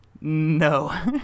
No